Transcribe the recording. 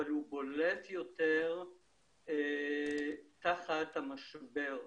אבל הוא בולט יותר תחת המשבר.